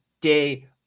day